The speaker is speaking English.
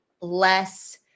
less